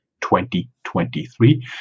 2023